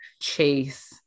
chase